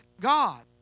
God